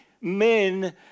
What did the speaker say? men